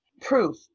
Proof